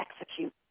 execute